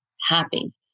happy